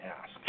ask